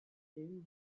soon